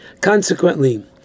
Consequently